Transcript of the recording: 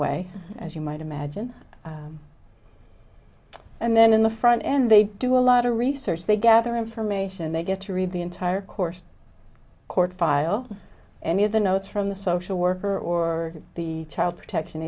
way as you might imagine and then in the front end they do a lot of research they gather information they get to read the entire course court file any of the notes from the social worker or the child protection